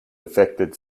affected